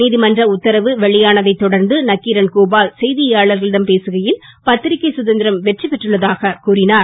நீதமன்ற உத்தரவு வெளியானதைத் தொடர்ந்து நக்கிரன் கோபால் செய்தியாளர்களிடம் பேசுகையில் பத்திரிக்கை கதந்திரம் வெற்றி பெற்றுள்ளதாக கூறினார்